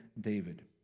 David